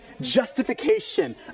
justification